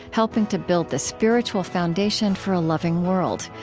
helping to build the spiritual foundation for a loving world.